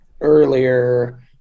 earlier